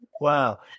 Wow